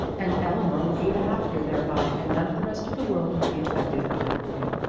and eleanor would be the happier thereby and none of the rest of the world would be affected either way.